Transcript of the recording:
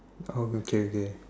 oh okay okay